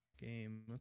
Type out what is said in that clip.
game